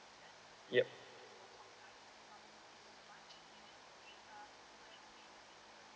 yup